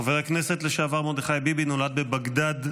חבר הכנסת לשעבר מרדכי ביבי נולד בבגדד,